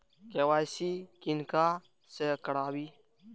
KYC किनका से कराबी?